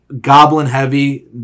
goblin-heavy